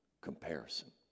comparison